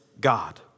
God